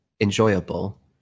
enjoyable